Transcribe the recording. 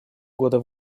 года